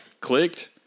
clicked